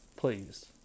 please